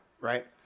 right